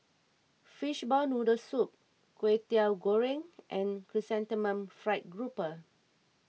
Fishball Noodle Soup Kwetiau Goreng and Chrysanthemum Fried Grouper